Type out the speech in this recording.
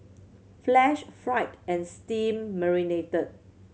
flash fried and steam marinated